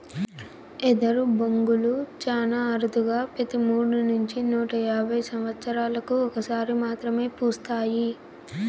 ఎదరు బొంగులు చానా అరుదుగా పెతి మూడు నుంచి నూట యాభై సమత్సరాలకు ఒక సారి మాత్రమే పూస్తాయి